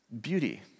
beauty